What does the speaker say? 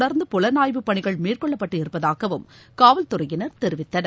தொடர்ந்து புலனாய்வுப் பணிகள் மேற்கொள்ளப்பட்டு இருப்பதாகவும் காவல் துறையினர் தெரிவித்தனர்